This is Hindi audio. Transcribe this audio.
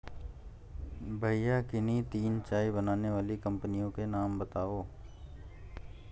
भैया किन्ही तीन चाय बनाने वाली कंपनियों के नाम बताओ?